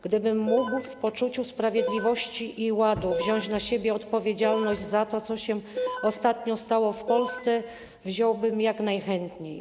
Gdybym mógł w poczuciu sprawiedliwości i ładu wziąć na siebie odpowiedzialność za to, co się ostatnio stało w Polsce, wziąłbym jak najchętniej.